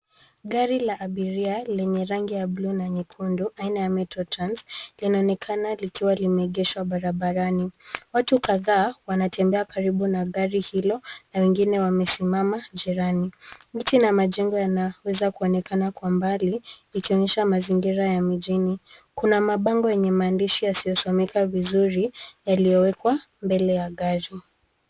Gari la abiria lenye rangi ya buluu na nyekundu aina ya Metrotrans linaonekana likiwa limeegeshwa barabarani. Watu kadhaa wanatembea karibu na gari hilo na wengine wamesimama jirani, miti na majengo yanweza kuonekana kwa mbali ikionyesha mazingira ya mjini. Kuna mabango yenye maandishi yasiyosomeka vizuri yaliyowekwa mbele ya gari.